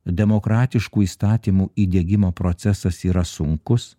demokratiškų įstatymų įdiegimo procesas yra sunkus